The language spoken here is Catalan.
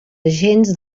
agents